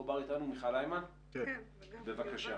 מיכל היימן, בבקשה.